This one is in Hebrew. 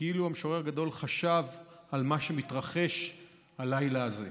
כאילו המשורר הגדול חשב על מה שמתרחש הלילה הזה.